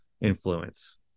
influence